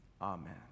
Amen